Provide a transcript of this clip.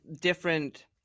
different